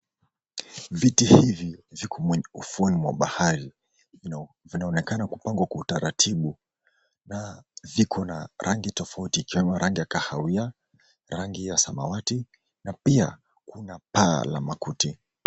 Viti hivi viko mwenye ufuoni mwa bahari vinaonekana kupangwa kwa utaratibu na viko na rangi tofauti ikiwemo rangi ya kahawia, rangi ya samawati na pia kuna paa la makuti.